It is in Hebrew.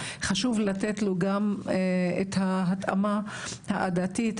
חשוב לתת לו גם את ההתאמה העדתית,